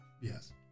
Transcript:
Yes